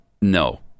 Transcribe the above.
no